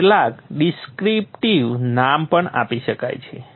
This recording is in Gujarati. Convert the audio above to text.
કેટલાક ડિસ્ક્રિપ્ટિવ નામ આપી શકાય છે